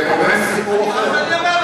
לקומם, סיפור אחר.